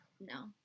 No